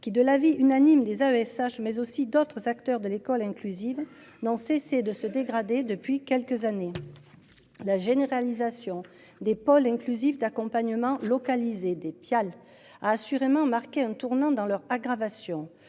qui de l'avis unanime des AESH mais aussi d'autres acteurs de l'école inclusive n'ont cessé de se dégrader depuis quelques années. La généralisation des pôles inclusifs d'accompagnement localiser des pial a assurément marqué un tournant dans leur aggravation